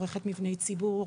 וצורכת מבני ציבור,